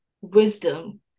wisdom